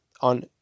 on